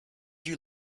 you